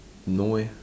no eh